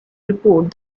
report